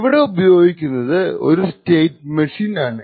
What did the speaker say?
ഇവിടെ ഉപയോഗിക്കുന്നത് ഒരു സ്റ്റേറ്റ് മെഷീൻ ആണ്